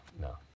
no